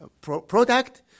Product